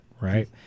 right